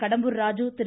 Kadambur Raju Thiru